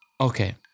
Okay